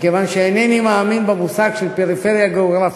מכיוון שאינני מאמין במושג של פריפריה גיאוגרפית.